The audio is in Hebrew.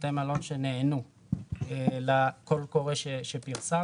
בתי מלון שנענו לקול קורא שפרסמנו.